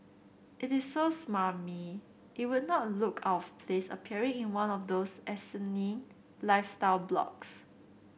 it is so smarmy it would not look out of place appearing in one of those asinine lifestyle blogs